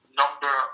number